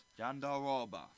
Jandaroba